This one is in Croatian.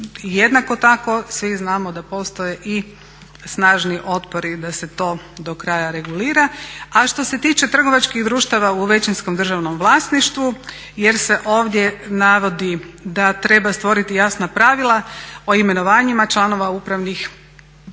jednako tako svi znamo da postoje i snažni otpori da se to do kraja regulira. A što se tiče trgovačkih društava u većinskom državnom vlasništvu jer se ovdje navodi da treba stvoriti jasna pravila o imenovanjima članova upravnih i